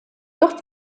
dort